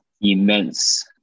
immense